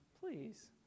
please